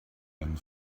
and